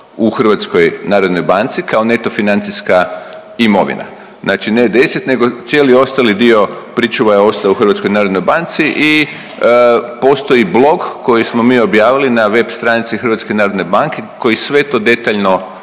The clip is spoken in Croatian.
u HNB-u kao neto financijska imovina. Znači ne 10 nego cijeli ostali dio je pričuva je ostao u HNB-u i postoji blog koji smo mi objavili na web stranici HNB-a koji sve to detaljno